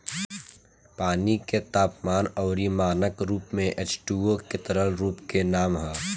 पानी के तापमान अउरी मानक रूप में एचटूओ के तरल रूप के नाम ह